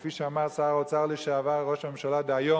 כפי שאמר שר האוצר לשעבר וראש הממשלה דהיום,